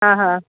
हा हा